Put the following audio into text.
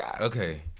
Okay